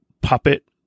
puppet